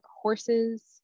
horses